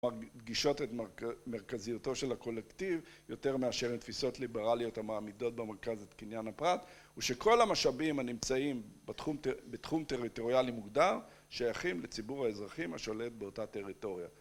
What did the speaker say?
גישות את מרכזיותו של הקולקטיב יותר מאשר את תפיסות ליברליות המעמידות במרכזת קניין הפרט ושכל המשאבים הנמצאים בתחום טריטוריאלי מוגדר שייכים לציבור האזרחים השולט באותה טריטוריה